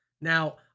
Now